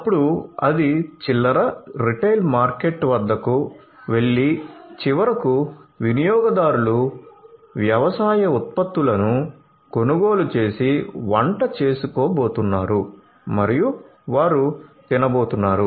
అప్పుడు అది చిల్లర రిటైల్ మార్కెట్ వద్దకు వెళ్లి చివరకు వినియోగదారులు వ్యవసాయ ఉత్పత్తులను కొనుగోలు చేసి వంటచేచేసుకోబోతున్నారు మరియు వారు తినబోతున్నారు